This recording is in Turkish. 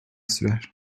sürer